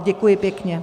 Děkuji pěkně.